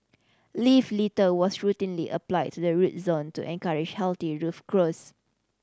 leaf litter was routinely applied to the root zone to encourage healthy roof growth